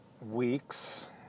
week's